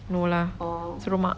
no lah oh mak